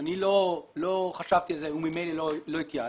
שאני לא חשבתי על זה וממילא לא התייעצתי,